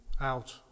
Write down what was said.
out